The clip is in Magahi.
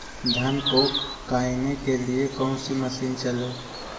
धन को कायने के लिए कौन मसीन मशीन चले?